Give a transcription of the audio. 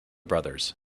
brothers